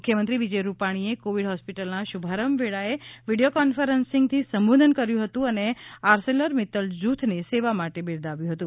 મુખ્યમંત્રી વિજય રૂપાણીએ કોવિડ હોસ્પિટલના શુભારંભ વેળાએ વીડિયો કોન્ફરન્સિંગથી સંબોધન કર્યું હતું અને આર્સેલર મિત્તલ જુથને સેવા માટે બિરદાવ્યું હતું